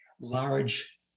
large